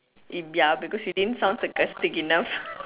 if ya because you didn't sound sarcastic enough